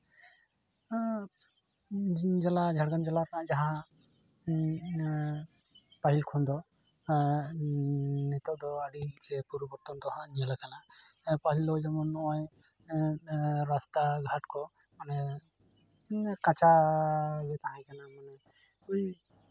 ᱱᱤᱡᱟᱞᱟ ᱡᱷᱟᱲᱜᱨᱟᱢ ᱡᱮᱞᱟ ᱨᱮᱱᱟᱜ ᱡᱟᱦᱟᱸ ᱯᱟᱹᱦᱤᱞ ᱠᱷᱚᱱ ᱫᱚ ᱱᱤᱛᱳᱜ ᱫᱚ ᱟᱹᱰᱤ ᱜᱮ ᱯᱚᱨᱤᱵᱚᱨᱛᱚᱱ ᱫᱚ ᱦᱟᱸᱜ ᱧᱮᱞᱟᱠᱟᱱᱟ ᱯᱟᱹᱦᱤᱞ ᱫᱚ ᱱᱚᱜᱼᱚᱭ ᱡᱮᱢᱚᱱ ᱨᱟᱥᱛᱟ ᱜᱷᱟᱴ ᱠᱚ ᱢᱟᱱᱮ ᱠᱟᱪᱟ ᱜᱮ ᱛᱟᱦᱮᱸ ᱠᱟᱱᱟ ᱢᱟᱱᱮ ᱦᱩᱭ